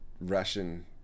Russian